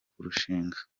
kurushinga